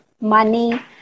money